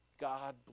god